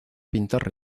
pintar